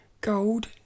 gold